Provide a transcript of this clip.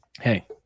Hey